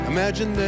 Imagine